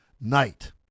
night